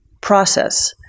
process